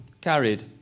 Carried